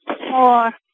more